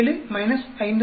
87 5